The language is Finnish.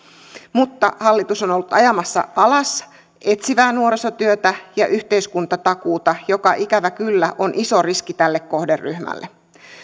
mutta hallitus on ollut ajamassa alas etsivää nuorisotyötä ja yhteiskuntatakuuta mikä ikävä kyllä on iso riski tälle kohderyhmälle